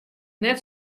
net